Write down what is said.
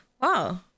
Wow